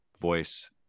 voice